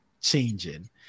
changing